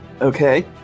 okay